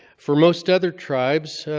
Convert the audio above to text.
for most other tribes,